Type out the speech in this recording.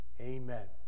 amen